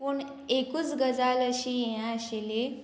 पूण एकूच गजाल अशी हे आशिल्ली